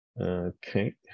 Okay